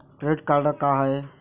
Credit card का हाय?